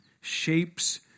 shapes